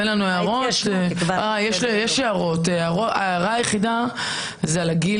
ויש רק הערה יחידה שהיא על הגיל,